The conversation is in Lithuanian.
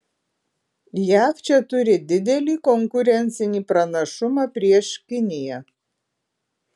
jav čia turi didelį konkurencinį pranašumą prieš kiniją